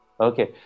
Okay